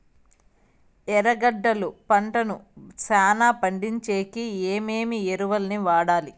ఎర్రగడ్డలు పంటను చానా పండించేకి ఏమేమి ఎరువులని వాడాలి?